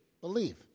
believe